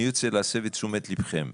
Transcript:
אני רוצה להסב את תשומת לבכם.